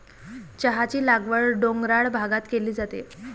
चहाची लागवड डोंगराळ भागात केली जाते